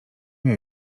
miał